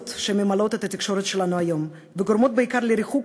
שממלאים את התקשורת שלנו היום וגורמים בעיקר לריחוק